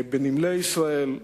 בנמלי ישראל,